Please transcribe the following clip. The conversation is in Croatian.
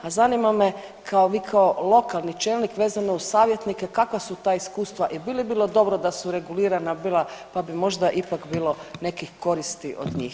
A zanima me kao, vi kao lokalni čelnik vezano uz savjetnike kakva su takva iskustava i bi li bilo dobro da su regulirana bila pa bi možda ipak bilo nekih koristi od njih?